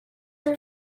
your